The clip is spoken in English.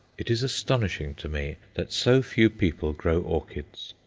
it is astonishing to me that so few people grow orchids.